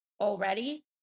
already